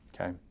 Okay